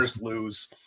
lose